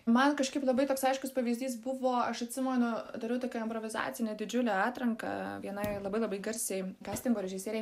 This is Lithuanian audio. man kažkaip labai toks aiškus pavyzdys buvo aš atsimenu turiu tokią improvizacinę didžiulę atranką vienai labai labai garsiai kastingo režisierei